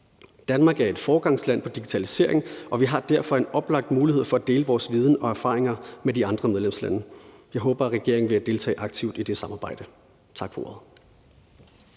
Danmark er et foregangsland inden for digitalisering, og vi har derfor en oplagt mulighed for at dele vores viden og erfaringer med de andre medlemslande. Jeg håber, regeringen vil deltage aktivt i det samarbejde. Tak for ordet.